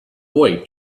boy